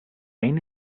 این